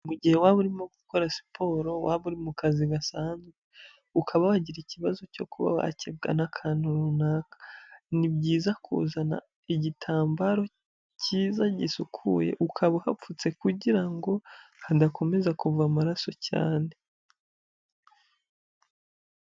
Mu gihe waba urimo gukora siporo, waba uri mu kazi gasanzwe, ukaba wagira ikibazo cyo kuba wakebwa n'akantu runaka, ni byiza kuzana igitambaro cyiza gisukuye ukaba uhapfutse kugira ngo hadakomeza kuva amaraso cyane.